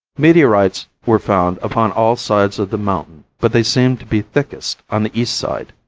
meteorites were found upon all sides of the mountain but they seemed to be thickest on the east side.